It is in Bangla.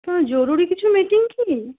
তো জরুরি কিছু মিটিং কি